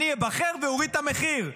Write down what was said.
אני איבחר ואוריד את המחיר.